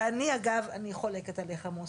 אגב, אני חולקת עליך, מוסי.